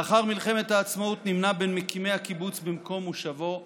לאחר מלחמת העצמאות נמנה עם מקימי הקיבוץ במקום מושבו החדש,